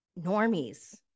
normies